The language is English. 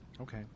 Okay